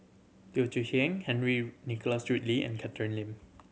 Teo Chee Hean Henry Nicholas Ridley and Catherine Lim